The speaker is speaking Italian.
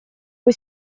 cui